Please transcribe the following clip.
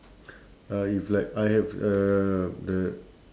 uh if like I have uh the